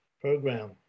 program